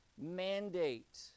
mandate